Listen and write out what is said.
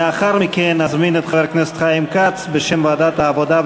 לאחר מכן נזמין את חבר הכנסת חיים כץ בשם ועדת העבודה,